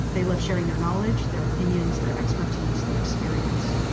they love sharing their knowledge, their opinions, their expertise, their experience.